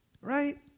right